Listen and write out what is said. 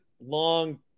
long